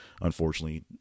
Unfortunately